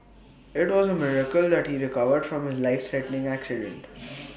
IT was A miracle that he recovered from his life threatening accident